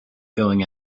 going